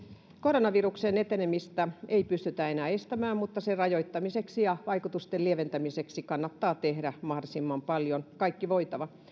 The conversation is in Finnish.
koronaviruksen etenemistä ei pystytä enää estämään mutta sen rajoittamiseksi ja vaikutusten lieventämiseksi kannattaa tehdä mahdollisimman paljon kaikki voitava